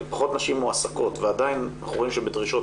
פחות נשים מועסקות ועדיין אנחנו רואים שבדרישות